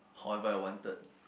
however I wanted